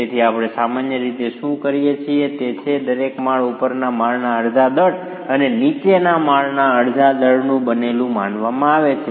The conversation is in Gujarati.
તેથી આપણે સામાન્ય રીતે શું કરીએ છીએ તે છે દરેક માળ ઉપરના માળના અડધા દળ અને નીચેના માળના અડધા દળનું બનેલું માનવામાં આવે છે